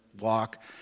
walk